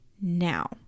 now